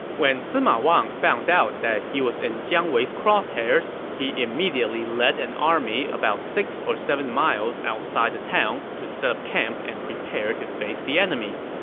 when sima wang found out that he was in jiang wei's crosshairs, he immediately led an army about six or seven miles outside of the town to set up camp and prepare to face the enemy.